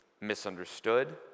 misunderstood